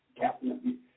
Captain